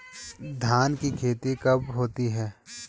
धान की खेती कब होती है?